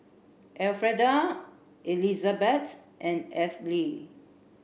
Elfreda Elizabet and Ethyle